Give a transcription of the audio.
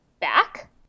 back